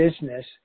business